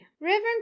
Reverend